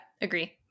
agree